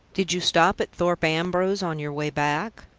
did you stop at thorpe ambrose on your way back?